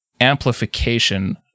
amplification